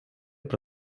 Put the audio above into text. про